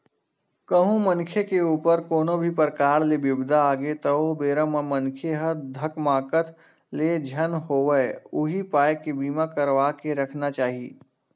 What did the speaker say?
कहूँ मनखे के ऊपर कोनो भी परकार ले बिपदा आगे त ओ बेरा म मनखे ह धकमाकत ले झन होवय उही पाय के बीमा करवा के रखना चाही